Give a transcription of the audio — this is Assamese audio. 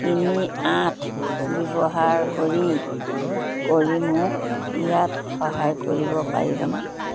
তিনি আঠ ব্যৱহাৰ কৰি কৰি মোক ইয়াত সহায় কৰিব পাৰিবনে